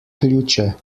ključe